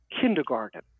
kindergarten